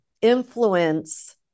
influence